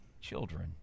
children